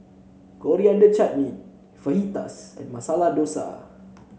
Coriander Chutney Fajitas and Masala Dosa